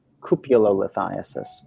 cupulolithiasis